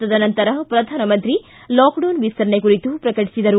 ತದ ನಂತರ ಪ್ರಧಾನಮಂತ್ರಿ ಲಾಕ್ಡೌನ್ ವಿಸ್ತರಣೆ ಕುರಿತು ಪ್ರಕಟಿಸಿದರು